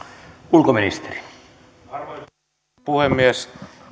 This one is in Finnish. arvoisa herra puhemies